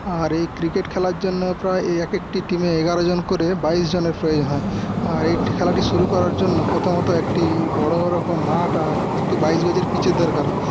আর এই ক্রিকেট খেলার জন্য প্রায় এই এক একটি টিমে এগারোজন করে বাইশজনের প্রয়োজন হয় আর এই খেলাটি শুরু করার জন্য প্রথমত একটি বড়ো রকম মাঠ আর একটি বাইশ গজের পিচের দরকার হয়